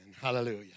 Hallelujah